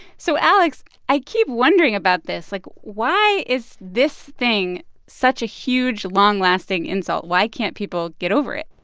so, alex, i keep wondering about this. like, why is this thing such a huge, long-lasting insult? why can't people get over it?